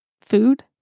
food